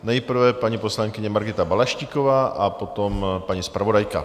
Nejprve poslankyně Margita Balaštíková, potom paní zpravodajka.